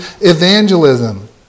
evangelism